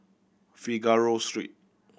Figaro Street